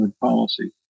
policy